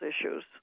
issues